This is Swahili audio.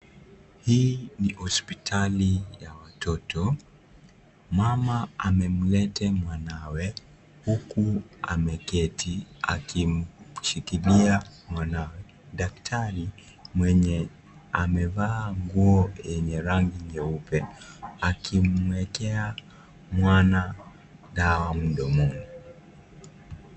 Hii ni hospitali ya watoto. Mama amemleta mwanawe huku ameketi akimshikilia mwanawe. Daktari mwenye amevaa nguo yenye rangi nyeupe akimwekea mwana dawa mdomoni.